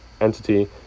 entity